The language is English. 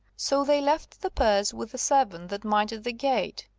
so they left the purse with the servant that minded the gate,